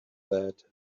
that